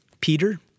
Peter